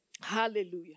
hallelujah